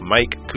Mike